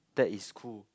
that is cool